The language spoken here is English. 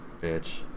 bitch